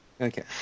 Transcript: Okay